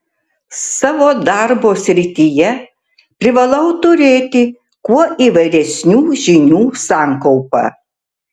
savo darbo srityje privalau turėti kuo įvairesnių žinių sankaupą